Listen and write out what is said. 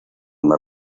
más